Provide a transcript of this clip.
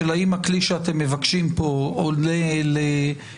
האם הכלי שאתם מבקשים פה עולה לעקרון